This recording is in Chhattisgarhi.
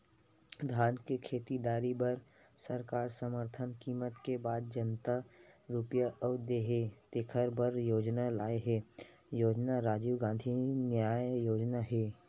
धान के खरीददारी बर सरकार समरथन कीमत के बाद जतना रूपिया अउ देना हे तेखर बर योजना लाए हे योजना राजीव गांधी न्याय योजना हे